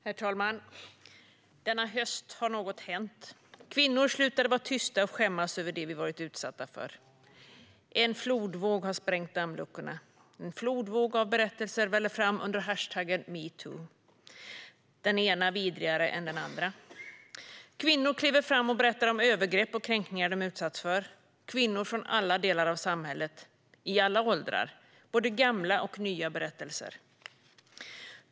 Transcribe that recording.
Herr talman! Denna höst har något hänt. Kvinnor slutade vara tysta och skämmas över det som vi varit utsatta för. En flodvåg har sprängt dammluckorna. En flodvåg av berättelser väller fram under hashtaggen #metoo, den ena vidrigare än den andra. Kvinnor kliver fram och berättar om övergrepp och kränkningar som de utsatts för. Det gäller kvinnor från alla delar av samhället i alla åldrar. Det är både gamla och nya berättelser.